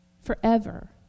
forever